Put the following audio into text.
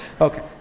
okay